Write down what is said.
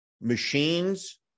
machines